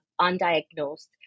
undiagnosed